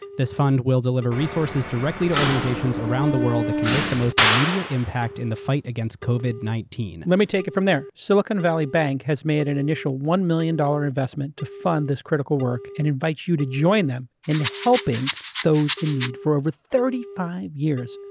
this fund will deliver resources directly to organizations around the world that can make the most immediate impact in the fight against covid nineteen. let me take it from there. silicon valley bank has made an initial one million dollars investment to fund this critical work and invites you to join them in helping those in need. for over thirty five years,